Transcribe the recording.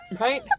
Right